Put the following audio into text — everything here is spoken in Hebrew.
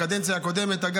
שבקדנציה הקודמת העברתם,